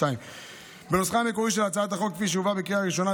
2022. בנוסחה המקורי של הצעת החוק כפי שהובאה בקריאה ראשונה,